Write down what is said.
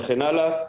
וכן הלאה.